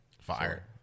Fire